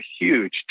huge